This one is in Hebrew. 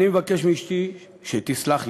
אני מבקש מאשתי שתסלח לי,